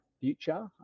future